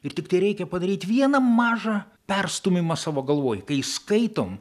ir tiktai reikia padaryt vieną mažą perstūmimą savo galvoj kai skaitom